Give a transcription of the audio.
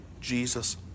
Jesus